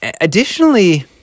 Additionally